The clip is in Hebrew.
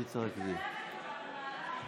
היא הכריזה שאני לא רוצה להיות פה,